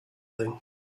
thing